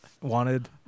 wanted